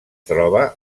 troba